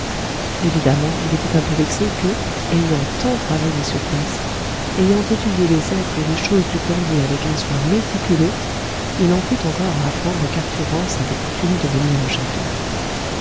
évidemment il était un peu vexé que ayant tant travaillé sur place ayant étudié les êtres et les choses du glandier avec un soin méticuleux il en fût encore à apprendre qu'arthur rance avait coutume de venir au château